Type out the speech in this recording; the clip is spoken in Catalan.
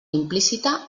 implícita